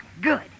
Good